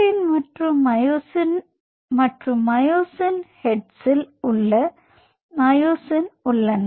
actin மற்றும் myosin மற்றும் myosin head இல் உள்ள மயோசின் உள்ளன